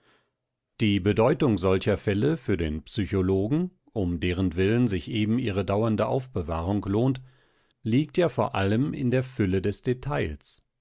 die bedeutung solcher fälle für den psychologen um derentwillen sich eben ihre dauernde aufbewahrung lohnt liegt ja vor allem in der fülle des details